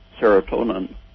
serotonin